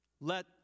Let